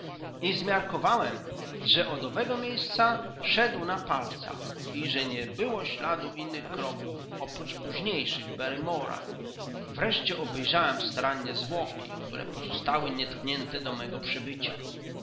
i zmiarkowałem że od owego miejsca szedł na palcach i że nie było śladu innych kroków oprócz późniejszych barrymora wreszcie obejrzałem starannie zwłoki które pozostały nietknięte do mego przybycia